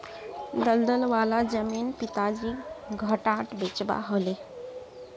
दलदल वाला जमीन पिताजीक घटाट बेचवा ह ले